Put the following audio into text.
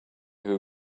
who